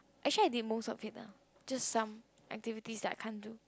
actually I did most of it ah just some activities that I can't do